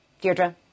Deirdre